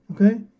Okay